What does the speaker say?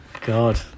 God